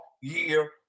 year